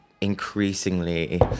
increasingly